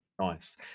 Nice